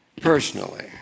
personally